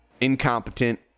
incompetent